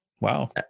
Wow